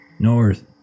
North